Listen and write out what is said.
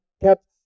kept